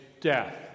death